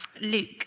Luke